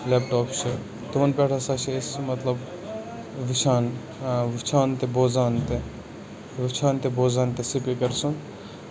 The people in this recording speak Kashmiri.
لیپٹاپ چھِ تِمن پٮ۪ٹھ ہسا چھِ أسۍ مطلب وٕچھان وٕچھان تہٕ بوزان وٕچھان تہٕ بوزان تہِ سِپیٖکر چھُ آسان